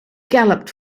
galloped